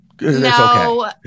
No